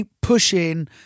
pushing